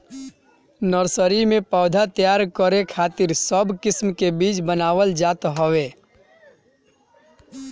nursery में पौधा तैयार करे खातिर सब किस्म के बीज बनावल जात हवे